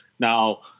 Now